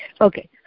okay